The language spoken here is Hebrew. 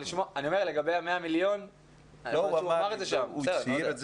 הוא אמר את זה שם, הוא הצהיר.